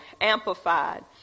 amplified